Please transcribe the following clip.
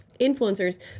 influencers